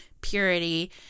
purity